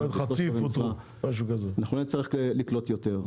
אנחנו לא נצטרך לקלוט יותר,